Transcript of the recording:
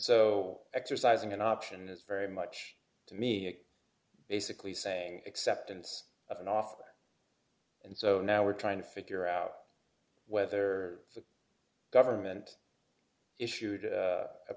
so exercising an option is very much to me basically saying acceptance of an offer and so now we're trying to figure out whether it's a government issued